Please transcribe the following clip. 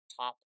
top